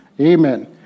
Amen